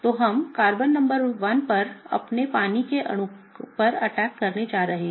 तो हम carbon number 1 पर अपने पानी के अणु पर अटैक करने जा रहे हैं